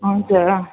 हुन्छ